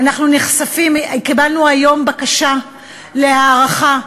קיבלנו היום בקשה להארכה,